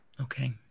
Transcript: okay